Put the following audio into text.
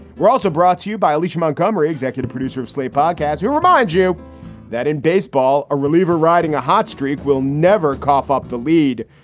we're also brought to you by alicia montgomery, executive producer of slate podcasts, who remind you that in baseball, a reliever riding a hot streak will never cough up the lead.